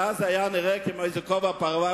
ואז זה נראה כמו איזה כובע פרווה,